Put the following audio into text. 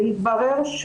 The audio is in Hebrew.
התברר,